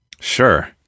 Sure